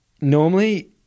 normally